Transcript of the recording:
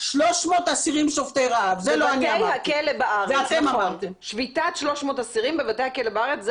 לא אמרתי בכל מתקני שב"ס.